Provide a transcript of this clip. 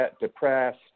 depressed